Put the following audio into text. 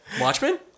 Watchmen